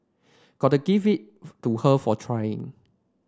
gotta give it to her for trying